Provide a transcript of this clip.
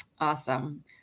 Awesome